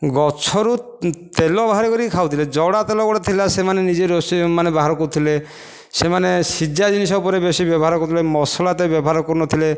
ଗଛରୁ ତେଲ ବାହାର କରିକି ଖାଉଥିଲେ ଜଡ଼ା ତେଲ ଗୋଟିଏ ଥିଲା ସେମାନେ ନିଜେ ରୋଷେଇ ମାନେ ବାହାର କରୁଥିଲେ ସେମାନେ ସିଝା ଜିନିଷ ଉପରେ ବେଶୀ ବ୍ୟବହାର କରୁଥିଲେ ମସଲା ଏତେ ବ୍ୟବହାର କରୁନଥିଲେ